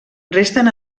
resten